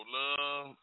love